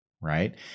right